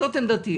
זאת עמדתי.